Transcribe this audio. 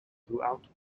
throughout